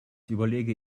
überlege